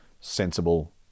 sensible